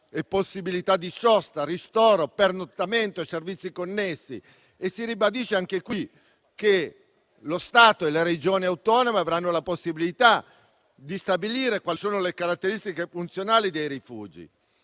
e possibilità di sosta, ristoro, pernottamento e servizi connessi. Si ribadisce anche qui che lo Stato e le Regioni autonome avranno la possibilità di stabilire le caratteristiche funzionali dei rifugi.